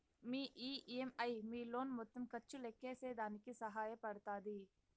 మీ EMI మీ loan మొత్తం ఖర్చు లెక్కేసేదానికి సహాయ పడతాది